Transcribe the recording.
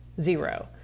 zero